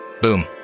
boom